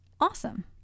awesome